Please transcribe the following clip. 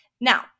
Now